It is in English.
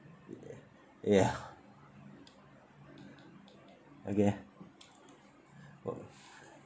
ya okay oh